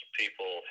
people